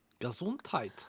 Gesundheit